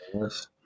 Yes